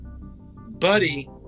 Buddy